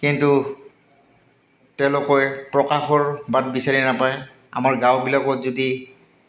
কিন্তু তেওঁলোকে প্ৰকাশৰ বাট বিচাৰি নাপায় আমাৰ গাঁওবিলাকত যদি